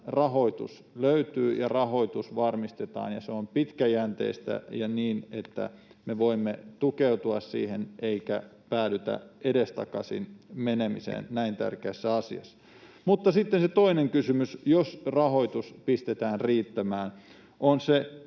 rahoitus löytyy ja rahoitus varmistetaan ja se on pitkäjänteistä ja me voimme tukeutua siihen eikä päädytä edestakaisin menemiseen näin tärkeässä asiassa. Mutta sitten se toinen kysymys, jos rahoitus pistetään riittämään, on,